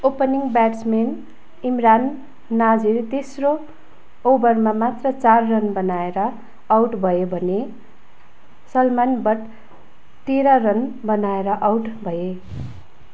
opening batsman Imran Nazir तेस्रो ओभरमा मात्र चार रन बनाएर आउट भए भने सलमान बट तेह्र रन बनाएर आउट भए